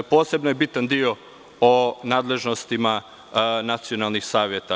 Posebno je bitan deo o nadležnostima nacionalnih saveta.